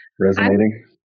resonating